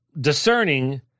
discerning